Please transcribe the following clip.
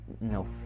no